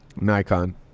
Nikon